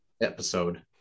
episode